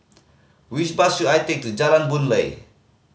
which bus should I take to Jalan Boon Lay